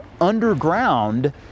underground